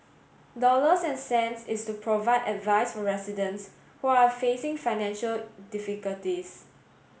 dollars and cents is to provide advice for residents who are facing financial difficulties